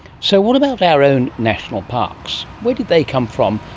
so what about our own national parks, where did they come from,